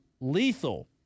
lethal